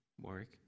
Warwick